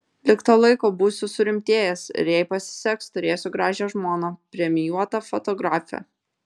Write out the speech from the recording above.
lig to laiko būsiu surimtėjęs ir jei pasiseks turėsiu gražią žmoną premijuotą fotografę